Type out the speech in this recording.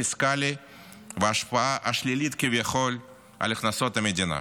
הפיסקלי וההשפעה השלילית כביכול על הכנסות המדינה.